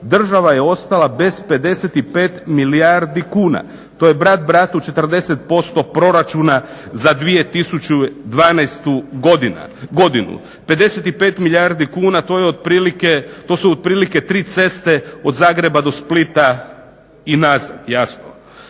država je ostala bez 55 milijardi kuna. To je brat bratu 40% proračuna za 2012. godinu. 55 milijardi kuna to su otprilike tri ceste od Zagreba do Splita i nazad, jasno.